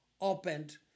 opened